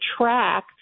track